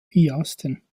piasten